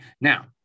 Now